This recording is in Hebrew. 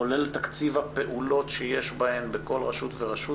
כולל תקציב הפעולות שיש בכל רשות ורשות.